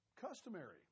customary